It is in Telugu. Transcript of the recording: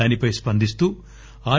దానిపై స్పందిస్తూ ఆర్